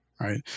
right